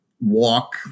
Walk